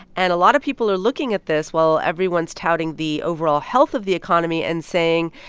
and a lot of people are looking at this while everyone's touting the overall health of the economy and saying,